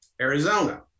Arizona